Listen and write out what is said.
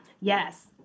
Yes